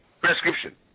prescription